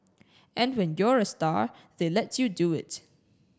and when you're a star they let you do it